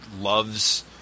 loves